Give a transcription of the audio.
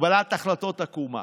קבלת החלטות עקומה: